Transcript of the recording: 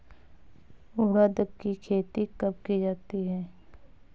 उड़द की खेती कब की जाती है?